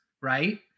right